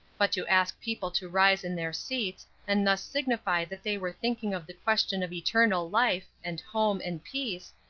but to ask people to rise in their seats, and thus signify that they were thinking of the question of eternal life, and home, and peace,